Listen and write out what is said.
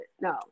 No